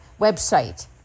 website